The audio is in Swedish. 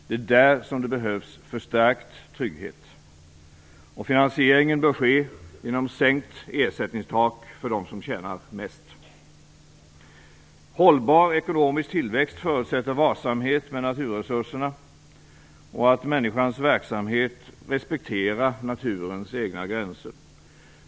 Det är där det behövs förstärkt trygghet. Finansieringen bör ske genom sänkt ersättningstak för dem som tjänar mest. Hållbar ekonomisk tillväxt förutsätter varsamhet med naturresurserna och att människans verksamhet respekterar naturens egna gränser.